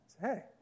hey